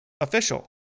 official